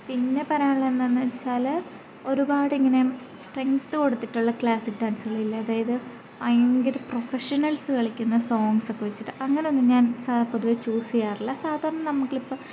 പിന്നെ പറയാനുള്ളത് എന്താന്നു വെച്ചാൽ ഒരുപാടിങ്ങനെ സ്ട്രെങ്ത്ത് കൊടുത്തിട്ടുള്ള ക്ലാസ്സിക്ക് ഡാൻസുകളില്ലേ അതായത് ഭയങ്കര പ്രഫഷണൽസ് കളിക്കുന്ന സോങ്ങ്സൊക്കെ വെച്ചിട്ട് അങ്ങനൊന്നും ഞാൻ പൊതുവെ ചൂസ് ചെയ്യാറില്ല സാധാരണ നമുക്കിപ്പം